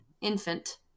infant